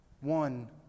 one